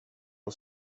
att